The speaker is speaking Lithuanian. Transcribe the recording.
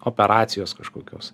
operacijos kažkokios